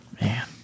Man